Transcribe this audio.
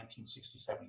1967